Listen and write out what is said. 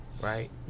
right